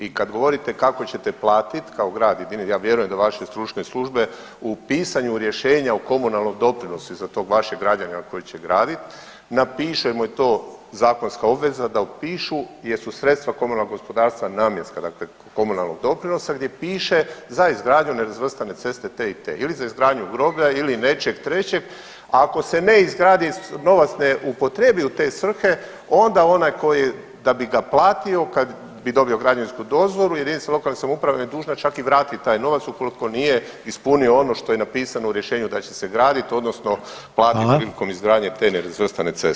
I kad govorite kako ćete platiti kao grad, ja vjerujem da vaše stručne službe u pisanju rješenja o komunalnom doprinosu iza tog vašeg građana koji će gradit napišemo i to zakonska obveza da upišu jer su sredstva komunalnog gospodarstva namjenska, dakle komunalnog doprinosa gdje piše za izgradnju nerazvrstane ceste te i te ili za izgradnju groblja ili nečeg trećeg, a ako se ne izgradi i novac ne upotrijebi u te svrhe onda onaj koji da bi ga platio kad bi dobio građevinsku dozvolu JLS je dužna čak i vratit taj novac ukoliko nije ispunio ono što je napisano u rješenju da će se gradit odnosno platit prilikom izgradnje te nerazvrstane ceste.